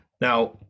now